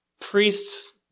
priest's